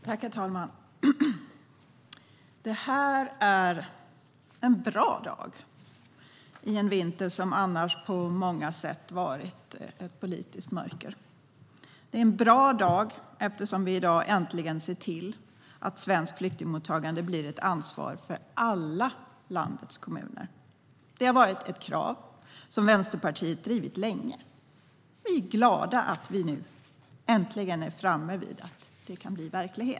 Herr talman! Det här är en bra dag under en vinter som annars på många sätt varit ett politiskt mörker. Det är en bra dag, eftersom vi i dag äntligen ser till att svenskt flyktingmottagande blir ett ansvar för alla landets kommuner. Det har varit ett krav som Vänsterpartiet drivit länge. Vi är glada att vi nu äntligen är framme vid att det kan bli verklighet.